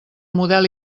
model